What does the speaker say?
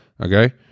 Okay